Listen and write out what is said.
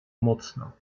mocno